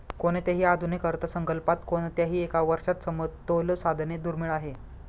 कोणत्याही आधुनिक अर्थसंकल्पात कोणत्याही एका वर्षात समतोल साधणे दुर्मिळ आहे